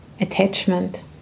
Attachment